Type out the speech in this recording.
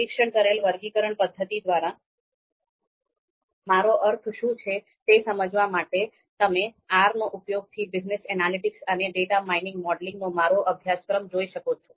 નિરીક્ષણ કરેલ વર્ગીકરણ પદ્ધતિ દ્વારા મારો અર્થ શું છે તે સમજવા માટે તમે R ના ઉપયોગ થી બિઝનેસ એનાલિટિક્સ અને ડેટા માઇનિંગ મોડેલિંગ નો મારો અભ્યાસક્રમ જોઈ શકો છો